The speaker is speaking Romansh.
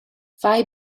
fai